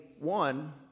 one